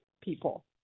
people